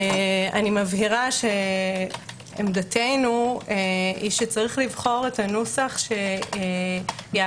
אני מבהירה שעמדתנו היא שיש לבחור את הנוסח שיעשה